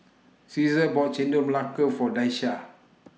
Caesar bought Chendol Melaka For Daisha